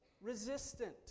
resistant